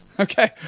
Okay